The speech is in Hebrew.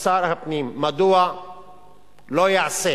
שר הפנים מדוע לא יעשה את